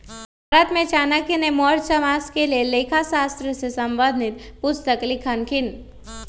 भारत में चाणक्य ने मौर्ज साम्राज्य के लेल लेखा शास्त्र से संबंधित पुस्तक लिखलखिन्ह